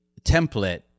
template